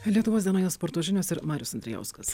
lietuvos dienoje sporto žinios ir marius andrijauskas